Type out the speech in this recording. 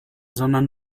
sondern